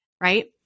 right